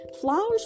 Flowers